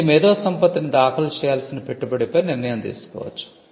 ఇది మేధోసంపత్తిని దాఖలు చేయాల్సిన పెట్టుబడిపై నిర్ణయం తీసుకోవచ్చు